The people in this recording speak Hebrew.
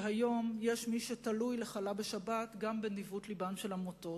שהיום יש בה מי שתלוי גם לחלה בשבת בנדיבות לבן של עמותות.